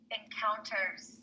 encounters